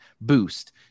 boost